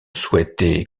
souhaitaient